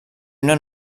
una